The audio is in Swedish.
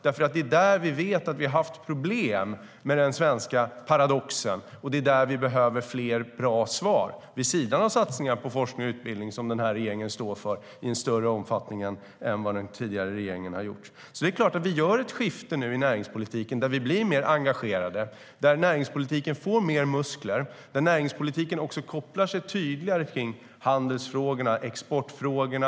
Det är där vi vet att vi har haft problem med den svenska paradoxen, och det är där vi behöver fler bra svar vid sidan av satsningar på forskning och utbildning, som denna regering står för i större omfattning än vad den tidigare regeringen har gjort. Det är klart att vi nu gör ett skifte i näringspolitiken där vi blir mer engagerade, där näringspolitiken får mer muskler och där näringspolitiken kopplar sig tydligare till handelsfrågorna och exportfrågorna.